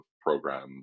programs